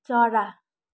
चरा